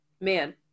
man